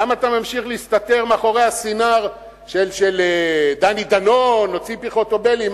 למה אתה ממשיך להסתתר מאחורי הסינר של דני דנון או ציפי חוטובלי?